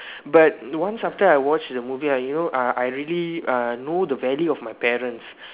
but once after I watched the movie uh you know uh I really uh know the value of my parents